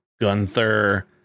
gunther